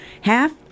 half